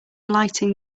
lighting